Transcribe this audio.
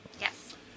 Yes